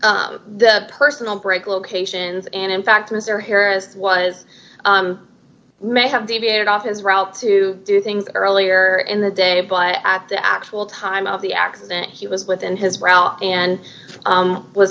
to the personal break locations and in fact mr harris was may have deviated off his route to do things earlier in the day by at the actual time of the accident he was within his realm and